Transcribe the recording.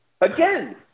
Again